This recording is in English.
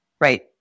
Right